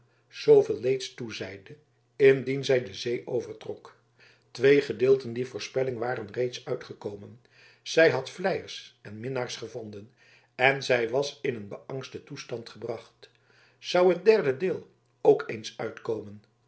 zooveel leeds toezeide indien zij de zee overtrok twee gedeelten dier voorspelling waren reeds uitgekomen zij had vleiers en minnaars gevonden en zij was in een beangsten toestand gebracht zou het derde deel ook eens uitkomen